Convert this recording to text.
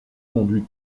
conduit